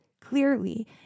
clearly